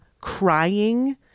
crying